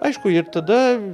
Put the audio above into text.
aišku ir tada